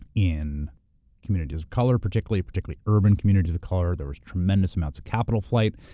in communities of color particularly, particularly urban communities of color. there was tremendous amounts of capital flight.